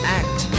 act